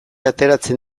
ateratzen